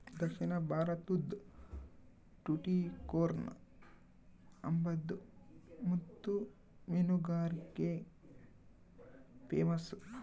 ದಕ್ಷಿಣ ಭಾರತುದ್ ಟುಟಿಕೋರ್ನ್ ಅಂಬಾದು ಮುತ್ತು ಮೀನುಗಾರಿಕ್ಗೆ ಪೇಮಸ್ಸು